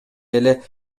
эле